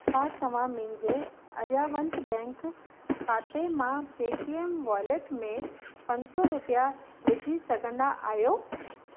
छा तव्हां मुंहिंजे आर्या वंत बैंक खाते मां पेटीएम वॉलेट में पंज सौ रुपिया विझी सघंदा आहियो